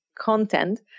content